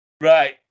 Right